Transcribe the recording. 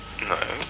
No